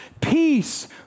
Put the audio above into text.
peace